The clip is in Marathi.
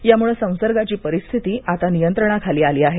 यामुळं संसर्गाची परिस्थिती आता नियंत्रणाखाली आली आहे